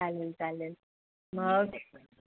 चालेल चालेल मग